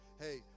hey